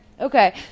Okay